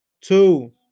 Two